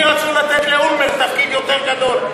כי רצו לתת לאולמרט תפקיד יותר גדול.